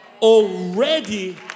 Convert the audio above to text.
already